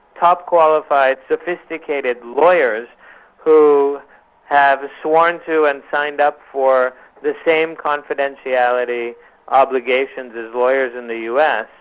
top qualified, sophisticated lawyers who have sworn to and signed up for the same confidentiality obligations as lawyers in the us,